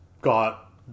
got